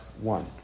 one